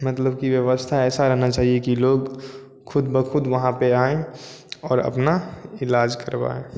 मतलब कि व्यवस्था ऐसा रहना चाहिए कि लोग ख़ुद ब ख़ुद वहाँ पर आएँ और अपना इलाज करवाएँ